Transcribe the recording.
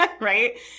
Right